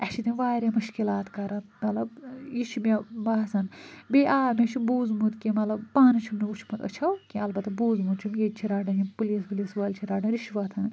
اسہِ چھِ تِم وارِیاہ مشکلات کران مطلب یہِ چھُ مےٚ باسان بیٚیہِ آ مےٚ چھُ بوٗزمُت کہِ مطلب پانہٕ چھُم نہٕ وُچھمُت أچھو کیٚنٛہہ البتہ بوٗزمُت چھُم ییٚتہِ چھِ رٹان یِم پولیٖس وولیٖس وٲلۍ چھِ رٹان رُشوت